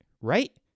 right